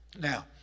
Now